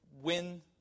win